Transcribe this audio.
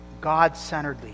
God-centeredly